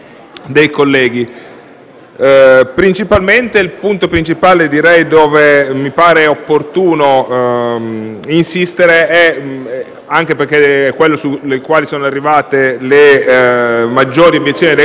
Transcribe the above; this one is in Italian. dei colleghi. Il punto principale sul quale mi pare opportuno insistere, anche perché è quello sul quale sono arrivate le maggiori obiezioni dai colleghi che hanno detto